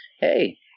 hey –